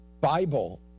Bible